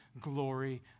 glory